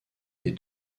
des